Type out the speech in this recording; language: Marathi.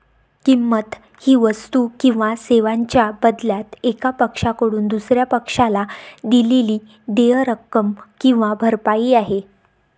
किंमत ही वस्तू किंवा सेवांच्या बदल्यात एका पक्षाकडून दुसर्या पक्षाला दिलेली देय रक्कम किंवा भरपाई आहे